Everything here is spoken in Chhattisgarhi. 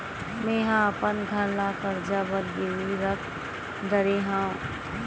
मेहा अपन घर ला कर्जा बर गिरवी रख डरे हव